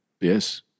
Yes